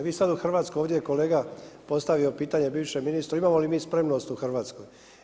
Vi sada u Hrvatskoj ovdje je kolega postavio pitanje bivšem ministru imamo li mi spremnost u Hrvatskoj.